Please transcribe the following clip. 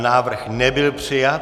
Návrh nebyl přijat.